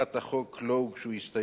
להצעת החוק לא הוגשו הסתייגויות,